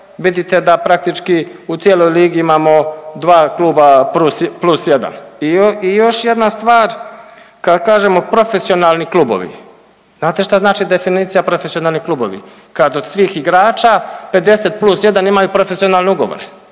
vidite da praktički u cijelog ligi imamo 2 kluba plus 1 i još jedna stvar, kad kažemo profesionalni klubovi, znate šta znači definicija profesionalni klubovi? Kad od svih igrača, 50+1 imaju profesionalni ugovore.